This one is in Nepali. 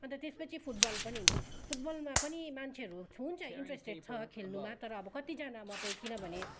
अन्त त्यसपछि फुटबल पनि फुटबलमा पनि मान्छेहरू हुन्छ इन्ट्रेस्टेड छ खेल्नुमा तर अब कतिजना मात्रै किनभने